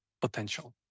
potential